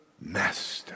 master